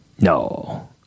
No